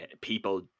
people